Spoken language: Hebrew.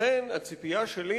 לכן הציפייה שלי,